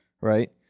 right